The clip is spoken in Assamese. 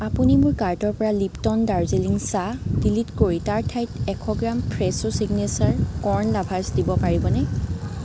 আপুনি মোৰ কাৰ্টৰপৰা লিপট'ন দাৰ্জিলিং চাহ ডিলিট কৰি তাৰ ঠাইত এশ gram Fresho signature corn lovers দিব পাৰিবনে